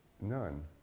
none